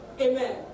Amen